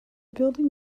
building